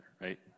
right